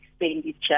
expenditure